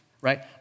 right